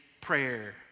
prayer